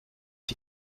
die